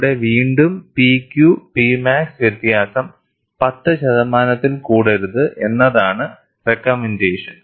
അവിടെ വീണ്ടും PQ P max വ്യത്യാസം 10 ശതമാനത്തിൽ കൂടരുത് എന്നതാണ് റെക്കമെൻറ്റേഷൻ